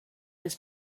his